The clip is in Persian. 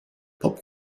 پاپ